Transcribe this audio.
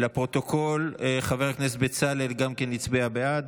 לפרוטוקול: חבר הכנסת בצלאל גם הוא הצביע בעד.